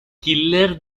killer